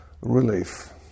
relief